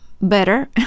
better